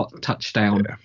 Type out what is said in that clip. touchdown